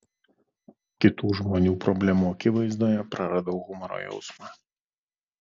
kitų žmonių problemų akivaizdoje praradau humoro jausmą